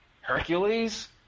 Hercules